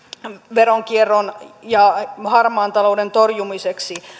veronkierron ja harmaan talouden torjumiseksi